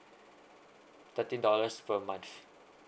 thirteen dollars per month